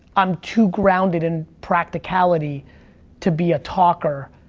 i'm too grounded in practicality to be a talker.